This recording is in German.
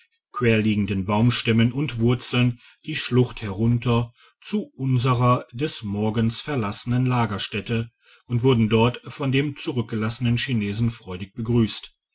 felsen querliegende baumstämme und wurzeln die schlucht herunter zu unserer des morgens verlassenen lagerstätte und wurden dort von dem zurückgelassenen chinesen freudig begrüsst